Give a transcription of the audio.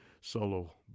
solo